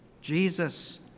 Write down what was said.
Jesus